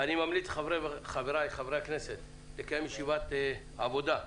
אני ממליץ לחבריי חברי הכנסת לקיים ישיבת עבודה.